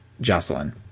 Jocelyn